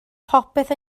popeth